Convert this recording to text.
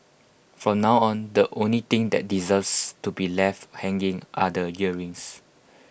from now on the only thing that deserves to be left hanging are the earrings